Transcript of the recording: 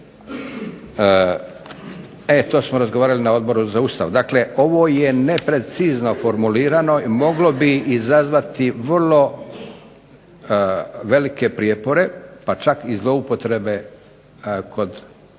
E to smo razgovarali na Odboru za Ustav. Dakle ovo je neprecizno formulirano, moglo bi izazvati vrlo velike prijepore pa čak i zloupotrebe kod